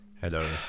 Hello